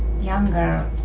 younger